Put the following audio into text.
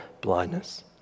blindness